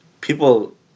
people